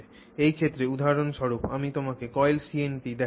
এই ক্ষেত্রে উদাহরণস্বরূপ আমি তোমাকে coiled CNT দেখাচ্ছি